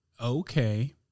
okay